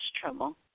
trouble